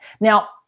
Now